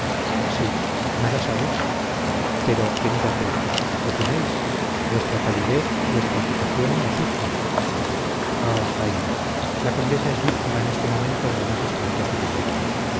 sí nada sabes pero querida prima qué tenéis vuestra palidez vuestra agitación me asustan ah jaime la condesa es víctima en este momento de la más espantosa villanía